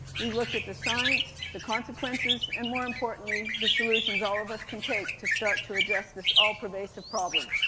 we've looked at the science, the consequences and more importantly, the solutions all of us can take to start to address this all-pervasive problem.